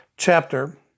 chapter